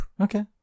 Okay